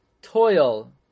toil